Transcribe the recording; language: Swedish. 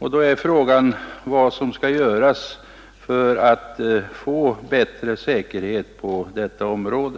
Då är frågan vad som kan göras för att få bättre säkerhet på detta område.